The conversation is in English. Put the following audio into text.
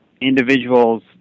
individual's